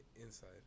Inside